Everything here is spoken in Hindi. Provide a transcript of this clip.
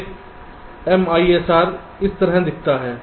एक MISR इस तरह दिखता है